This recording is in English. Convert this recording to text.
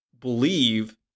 believe